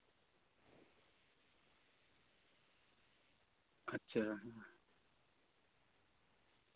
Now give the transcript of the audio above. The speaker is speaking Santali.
ᱟᱪᱪᱷᱟ